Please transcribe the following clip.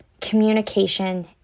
communication